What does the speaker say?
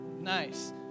nice